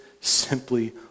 simply